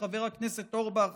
שחבר הכנסת אורבך